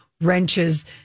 wrenches